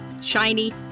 shiny